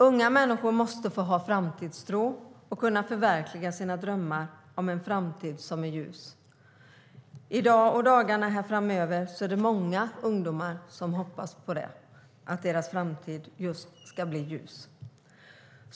Unga människor måste få ha framtidstro och kunna förverkliga sina drömmar om en framtid som är ljus. I dag och dagarna framöver är det många ungdomar som hoppas just att deras framtid ska bli ljus.